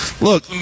look